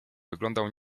wyglądał